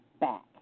back